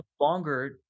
longer